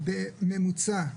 בממוצע,